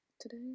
today